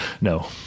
no